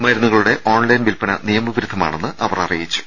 മരുന്നുകളുടെ ഓൺലൈൻ വില്പന നിയമ വിരുദ്ധമാണെന്നും അവർ അറിയിച്ചു